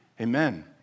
Amen